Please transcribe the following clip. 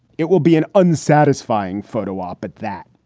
it will be an unsatisfying photo op at that